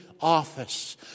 office